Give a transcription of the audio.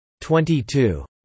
22